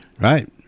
Right